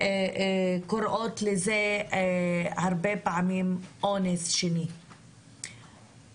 קוראות לזה אפילו אונס שני הרבה פעמים,